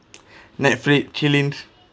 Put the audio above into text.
netflix chilling